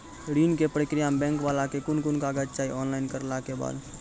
ऋण के प्रक्रिया मे बैंक वाला के कुन कुन कागज चाही, ऑनलाइन करला के बाद?